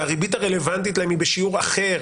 והריבית הרלוונטית להם היא בשיעור אחר